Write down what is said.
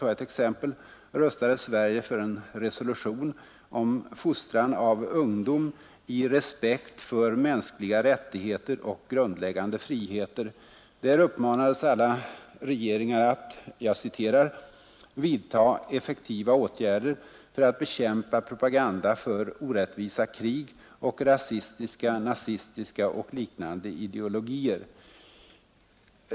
omprövning exempel, röstade Sverige för en resolution om fostran av ungdom i = av filmgranskningsrespekt för mänskliga rättigheter och grundläggande friheter. Där rådets ställning uppmanades alla regeringar att ”vidta effektiva åtgärder för att bekämpa propaganda för orättvisa krig och rasistiska och liknande ideologier”.